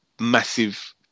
massive